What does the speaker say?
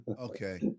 Okay